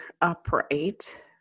upright